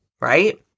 Right